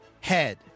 head